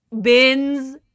bins